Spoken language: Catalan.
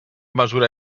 mesura